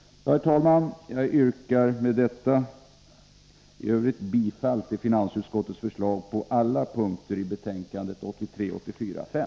Herr talman! Jag yrkar med detta i övrigt bifall till finansutskottets förslag på alla punkter i betänkande 1983/84:5.